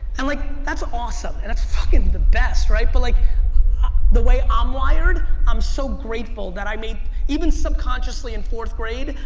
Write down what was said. and like that's awesome and that's fucking the best, right? but like the way i'm um wired, i'm so grateful that i made, even subconsciously in fourth grade,